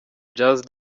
jazz